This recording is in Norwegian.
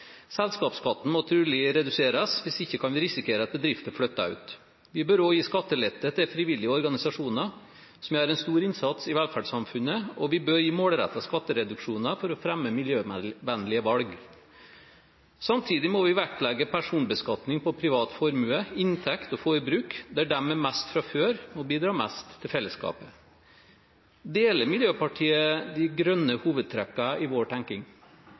Selskapsskatten må trolig reduseres, hvis ikke kan vi risikere at bedrifter flytter ut. Vi bør også gi skattelette til frivillige organisasjoner, som gjør en stor innsats i velferdssamfunnet. Og vi bør gi målrettede skattereduksjoner for å fremme miljøvennlige valg. Samtidig må vi vektlegge personbeskatning på privat formue, inntekt og forbruk der de med mest fra før, må bidra mest til fellesskapet. Deler Miljøpartiet De Grønne hovedtrekkene i vår